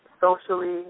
socially